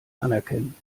anerkennen